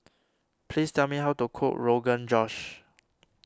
please tell me how to cook Rogan Josh